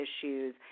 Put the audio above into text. issues